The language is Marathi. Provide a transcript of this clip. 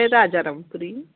राजाराम पुरी